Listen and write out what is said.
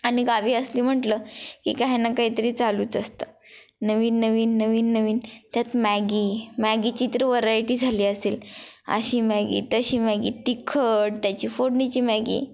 आणि गावी असली म्हटलं की काही ना काहीतरी चालूच असतं नवीन नवीन नवीन नवीन त्यात मॅगी मॅगीची तर वरायटी झाली असेल अशी मॅगी तशी मॅगी तिखट त्याची फोडणीची मॅगी